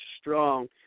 strong